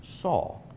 saw